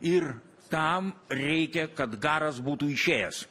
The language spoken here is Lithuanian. ir tam reikia kad garas būtų išėjęs